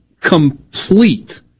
complete